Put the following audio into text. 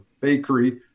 bakery